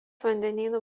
vandenynų